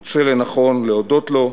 אני מוצא לנכון להודות לו,